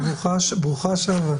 התופעה של הדרת נשים,